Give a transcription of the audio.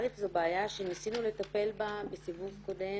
א' זו בעיה שניסינו לטפל בה בסיבוב קודם